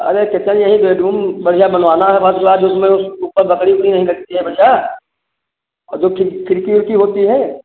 अरे चिकेन यही बेडरूम बढ़िया बनवाना है फर्स्ट क्लास जिसमें ऊपर लकड़ी वकड़ी नहीं लगती है बढ़िया और जो खिड़ खिड़की उड़की होती है